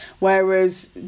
Whereas